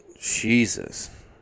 jesus